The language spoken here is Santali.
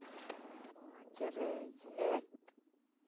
ᱯᱟᱸᱪᱨᱮ ᱡᱷᱮᱸᱴ